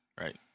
right